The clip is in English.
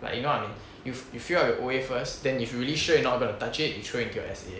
like you know what I mean you you fill up your O_A first then you if you really sure you are not gonna touch it you throw it into your S_A